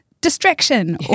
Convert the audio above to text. distraction